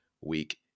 week